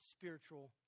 spiritual